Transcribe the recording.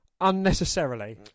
unnecessarily